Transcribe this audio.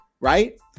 right